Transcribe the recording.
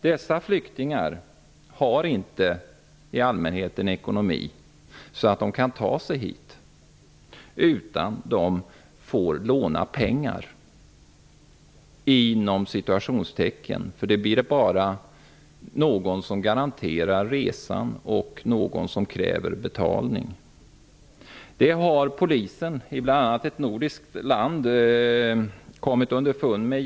Dessa flyktingar har i allmänhet inte en ekonomi som gör det möjligt för dem att ta sig hit, utan de får ''låna pengar'' -- ''lånet'' innebär att någon garanterar resan och att någon kräver betalning. Detta har Polisen i ett nordiskt land kommit underfund med.